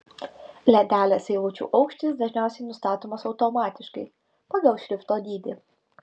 lentelės eilučių aukštis dažniausiai nustatomas automatiškai pagal šrifto dydį